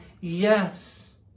yes